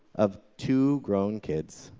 of two grown kids.